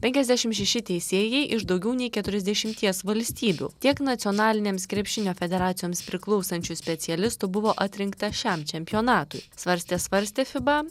penkiasdešimt šeši teisėjai iš daugiau nei keturiasdešimties valstybių tiek nacionalinėms krepšinio federacijoms priklausančių specialistų buvo atrinkta šiam čempionatui svarstė svarstė fiba